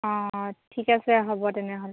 অঁ অঁ ঠিক আছে হ'ব তেনেহ'লে